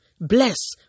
bless